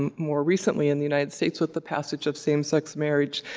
um more recently in the united states, with the passage of same-sex marriage,